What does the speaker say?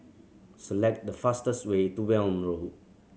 select the fastest way to Welm Road